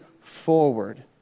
forward